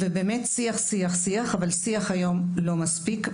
ובאמת, שיח, שיח, אבל שיח היום לא מספיק.